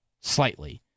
slightly